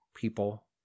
people